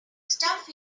stuff